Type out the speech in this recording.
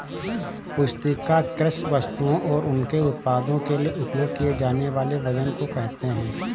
पुस्तिका कृषि वस्तुओं और उनके उत्पादों के लिए उपयोग किए जानेवाले वजन को कहेते है